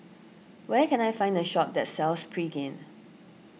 where can I find a shop that sells Pregain